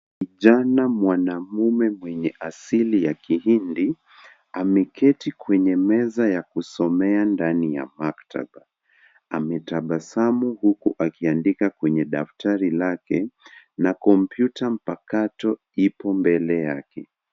Kijana mwanaume mwenye asili ya kihindi , ameketi kwenye meza ya kusomea ndani ya maktaba. Ametabasamu huku akiandika kwenye daftari lake na kompyuta mpakato ipo mbele yake.